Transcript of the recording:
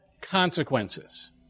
consequences